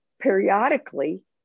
periodically